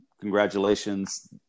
congratulations